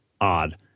odd